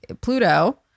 pluto